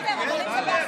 בסדר, אבל אם זה בהסכמה?